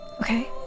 Okay